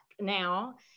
now